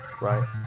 Right